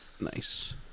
Nice